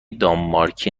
دانمارکی